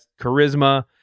charisma